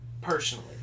Personally